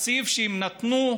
התקציב שהם נתנו,